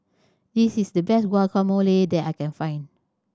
this is the best Guacamole that I can find